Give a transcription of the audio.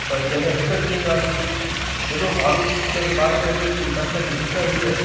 पर जॾहिं हिकु चिंगारी हेॾो भारू तोखे बारे सघे थी त असांजी हिकु हीअ